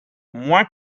moins